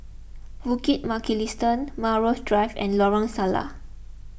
Bukit Mugliston Melrose Drive and Lorong Salleh